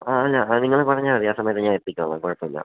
ആ അല്ല അത് നിങ്ങള് പറഞ്ഞാല് മതി ആ സമയത്ത് ഞാന് എത്തിക്കോളാം കുഴപ്പമില്ല